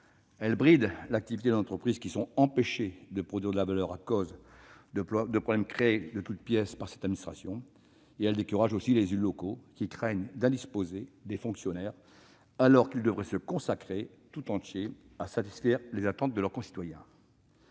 Elle bride l'activité de nos entreprises, empêchées de produire de la valeur à cause de problèmes créés de toutes pièces par l'administration. Elle décourage aussi les élus locaux, qui craignent d'indisposer des fonctionnaires alors qu'ils devraient se consacrer tout entier à satisfaire les attentes de leurs concitoyens.